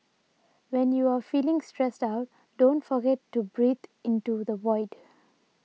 when you are feeling stressed out don't forget to breathe into the void